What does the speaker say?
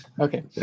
Okay